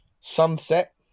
Sunset